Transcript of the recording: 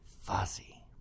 fuzzy